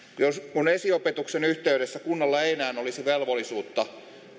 kun esiopetuksen yhteydessä kunnalla ei enää olisi velvollisuutta